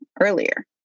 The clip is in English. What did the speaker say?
earlier